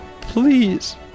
please